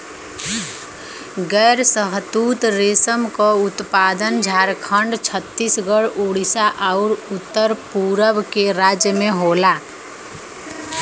गैर शहतूत रेशम क उत्पादन झारखंड, छतीसगढ़, उड़ीसा आउर उत्तर पूरब के राज्य में होला